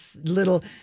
little